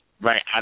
Right